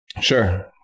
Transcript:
Sure